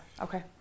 okay